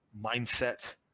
mindset